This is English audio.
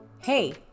Hey